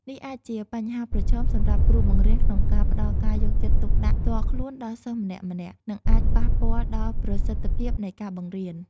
នេះអាចជាបញ្ហាប្រឈមសម្រាប់គ្រូបង្រៀនក្នុងការផ្តល់ការយកចិត្តទុកដាក់ផ្ទាល់ខ្លួនដល់សិស្សម្នាក់ៗ និងអាចប៉ះពាល់ដល់ប្រសិទ្ធភាពនៃការបង្រៀន។